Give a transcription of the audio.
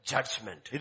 Judgment